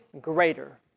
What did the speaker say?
greater